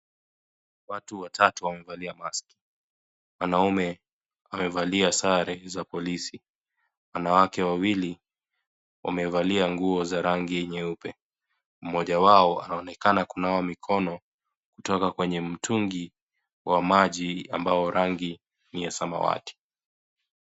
Watu watatu wamevalia maski. Mwanamue amevaa sare za polisi. Wanawake wawili wamevazi mavazi za rangi nyeupe. Mmoja wao anaonekana kuna wa mikono kutka kwenye mtungi wa maji ambao rangi ni ya samawati.